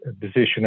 position